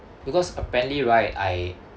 because apparently right I